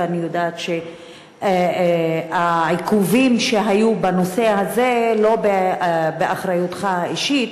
ואני יודעת שהעיכובים שהיו בנושא הזה אינם באחריותך האישית.